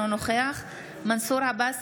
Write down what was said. אינו נוכח מנסור עבאס,